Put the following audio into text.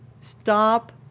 Stop